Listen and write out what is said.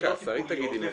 לקהילות טיפוליות.